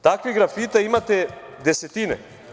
Takvih grafita imate desetine.